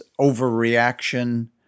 overreaction